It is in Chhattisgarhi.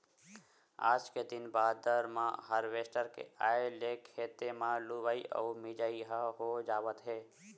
आज के दिन बादर म हारवेस्टर के आए ले खेते म लुवई अउ मिजई ह हो जावत हे